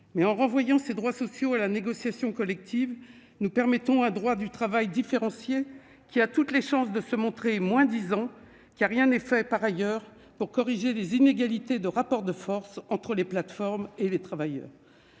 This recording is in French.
en renvoyant ces droits sociaux à la négociation collective, nous autorisons la création d'un droit du travail différencié, qui a toutes les chances de se montrer moins disant, car rien n'est fait par ailleurs pour corriger les inégalités nées du rapport de force entre les plateformes et les travailleurs.